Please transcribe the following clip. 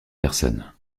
personnes